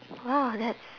!wah! that's